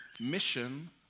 mission